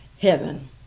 heaven